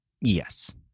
Yes